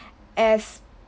as